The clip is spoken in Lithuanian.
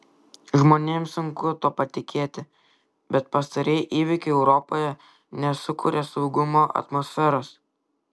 žmonėms sunku tuo patikėti bet pastarieji įvykiai europoje nesukuria saugumo atmosferos